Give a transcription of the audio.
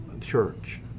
church